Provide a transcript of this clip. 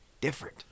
different